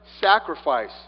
sacrifice